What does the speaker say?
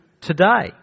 today